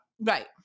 right